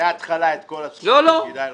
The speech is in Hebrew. מההתחלה את כל התחומים, כדאי לך.